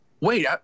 wait